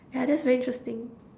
ya that's very interesting